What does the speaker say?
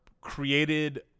created